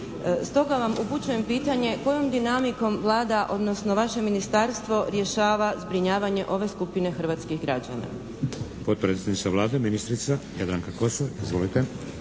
Stoga vam upućujem pitanje kojom dinamikom Vlada odnosno vaše ministarstvo rješava zbrinjavanje ove skupine hrvatskih građana.